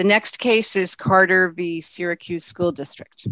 the next case is carter v syracuse school district